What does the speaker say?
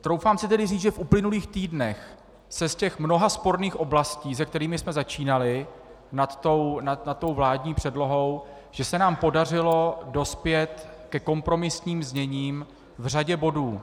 Troufám si tedy říct, že v uplynulých týdnech se z těch mnoha sporných oblastí, se kterými jsme začínali nad tou vládní předlohou, že se nám podařilo dospět ke kompromisním zněním v řadě bodů.